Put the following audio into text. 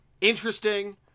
interesting